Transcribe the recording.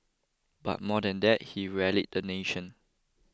but more than that he rallied the nation